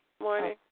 Morning